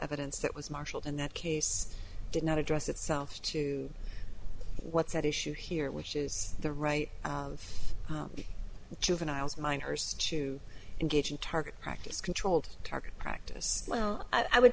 evidence that was marshaled in that case did not address itself to what's at issue here which is the right of the juveniles minors to engage in target practice controlled target practice well i would